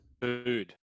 food